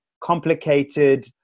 complicated